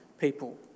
People